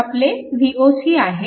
हे आपले Voc आहे